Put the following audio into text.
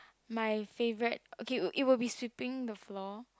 my favourite okay it would be sweeping the floor